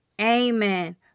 Amen